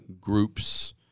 groups